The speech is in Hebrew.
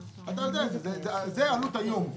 אתה יודע, זו העלות היום.